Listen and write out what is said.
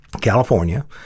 California